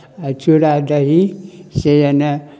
आ चूड़ा दही से अइ ने